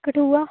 Kathua